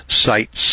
sites